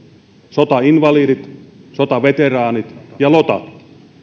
sotainvalidit sotaveteraanit ja lotat